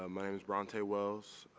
um i am bront ah wells,